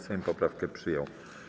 Sejm poprawkę przyjął.